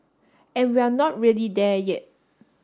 and we're not really there yet